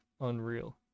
unreal